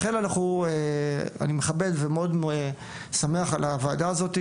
לכן אני מכבד ומאוד שמח על הוועדה הזאת,